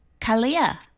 Kalia